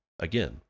again